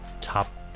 top